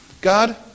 God